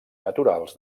naturals